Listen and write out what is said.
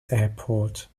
airport